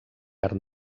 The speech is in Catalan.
art